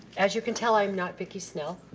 as you can tell, i'm not vicky snell.